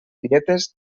dietes